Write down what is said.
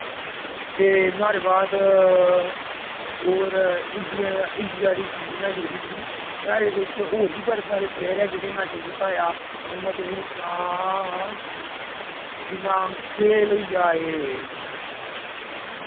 ते नोहाड़े बाद होर इंडियन इंडिया दी टीम जेह्ड़ी नोहड़े बिच्च होर बी बड़े सारे प्लेयर ऐ जि'नें मैडल जताया हून मैं तुसें गी सनाऽ जि'यां खेल होई गेआ एह्